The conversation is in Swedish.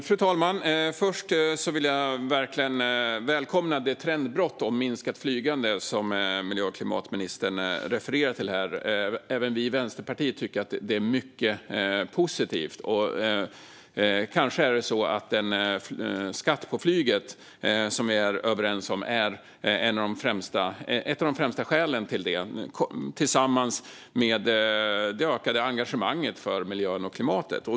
Fru talman! Först vill jag verkligen välkomna det trendbrott med minskat flygande som miljö och klimatministern här refererar till. Även vi i Vänsterpartiet tycker att det är mycket positivt. Kanske är den skatt på flyget som vi är överens om ett av de främsta skälen till det, tillsammans med det ökade engagemanget för miljön och klimatet.